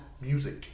music